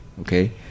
Okay